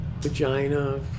Vagina